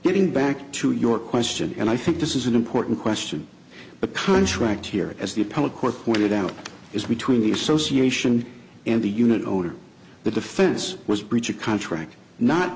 getting back to your question and i think this is an important question a contract here as the appellate court pointed out is between the association and the unit owner the defense was breach of contract not